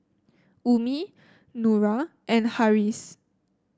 Ummi Nura and Harris